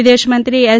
વિદેશમંત્રી એસ